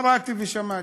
קראתי ושמעתי.